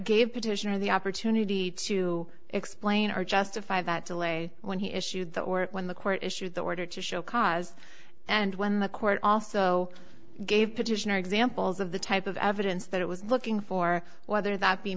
petitioner the opportunity to explain or justify that delay when he issued the order when the court issued the order to show cause and when the court also gave petitioner examples of the type of evidence that it was looking for whether that be